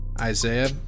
Isaiah